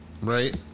right